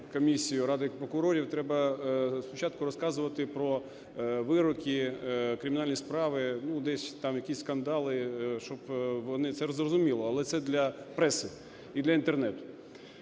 комісію, Раду прокурорів, треба спочатку розказувати про вироки, кримінальні справи, ну, десь там якісь скандали, щоб вони… Це зрозуміло, але це – для преси і для Інтернету.